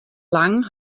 lang